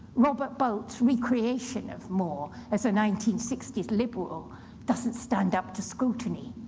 robert bolt's recreation of more as a nineteen sixty s liberal doesn't stand up to scrutiny.